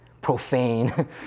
profane